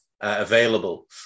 available